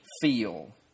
feel